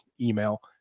email